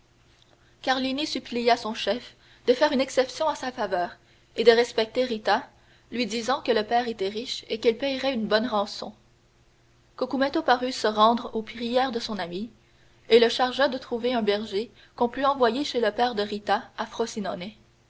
carlini supplia son chef de faire une exception en sa faveur et de respecter rita lui disant que le père était riche et qu'il payerait une bonne rançon cucumetto parut se rendre aux prières de son ami et le chargea de trouver un berger qu'on pût envoyer chez le père de rita